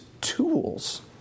tools